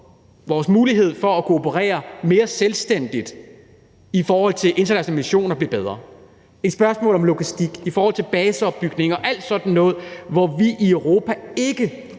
vores mulighed for at kunne operere mere selvstændigt i forhold til internationale missioner og blive bedre i spørgsmål om logistik, i forhold til baseopbygning og alt sådan noget, hvor vi i Europa ikke